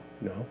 no